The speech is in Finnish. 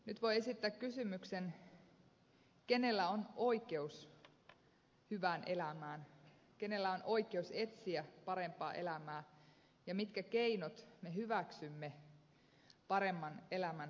nyt voi esittää kysymyksen kenellä on oikeus hyvään elämään kenellä on oikeus etsiä parempaa elämää ja mitkä keinot me hyväksymme paremman elämän tavoittelemiseksi